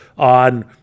on